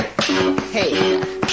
Hey